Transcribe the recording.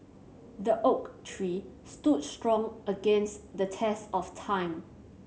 the oak tree stood strong against the test of time